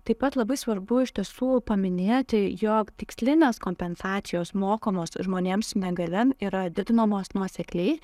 taip pat labai svarbu iš tiesų paminėti jog tikslinės kompensacijos mokamos žmonėms su negalia yra didinamos nuosekliai